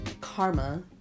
karma